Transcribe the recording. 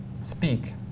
speak